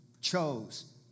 chose